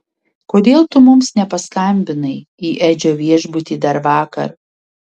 kodėl tu mums nepaskambinai į edžio viešbutį dar vakar